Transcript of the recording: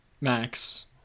Max